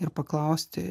ir paklausti